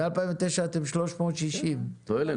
מ-2009 אתם 360. לא העלינו.